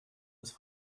ist